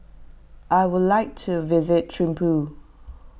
I would like to visit Thimphu